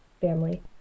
family